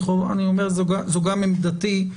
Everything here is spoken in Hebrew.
וזאת גם עמדתי,